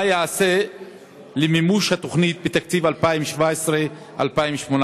מה ייעשה למימוש התוכנית בתקציב 2017 2018?